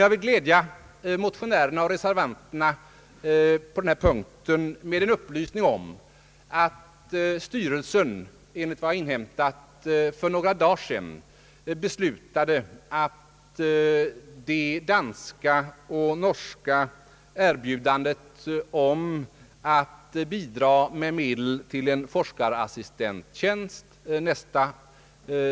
Jag vill glädja motionärerna och reservanterna på denna punkt med att styrelsen, enligt vad jag inhämtade för några dagar sedan, beslöt att det danska och norska erbjudandet om att bidra med medel till en forskarassistenttjänst nästa